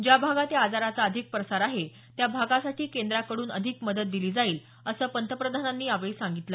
ज्या भागात या आजाराचा अधिक प्रसार आहे त्या भागासाठी केंद्राकडून अधिक मदत दिली जाईल असं पंतप्रधानांनी यावेळी सांगितलं